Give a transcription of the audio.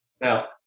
Now